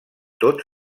tots